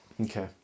Okay